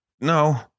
no